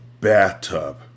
bathtub